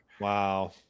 Wow